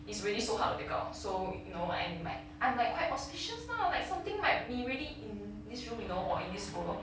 it's really so hard to take out so you know I might I'm like quite auspicious lah like something like might be really in this room you know or in this world